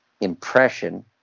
impression